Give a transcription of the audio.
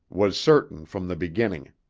was certain from the beginning.